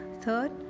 Third